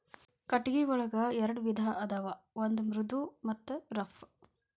ಕಟಗಿ ಒಂಗ ಎರೆಡ ವಿಧಾ ಅದಾವ ಒಂದ ಮೃದು ಮತ್ತ ರಫ್